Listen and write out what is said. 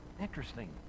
Interesting